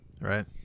Right